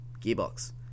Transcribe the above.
gearbox